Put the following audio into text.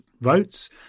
votes